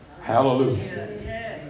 Hallelujah